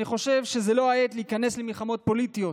אני חושב שזו לא העת להיכנס למלחמות פוליטיות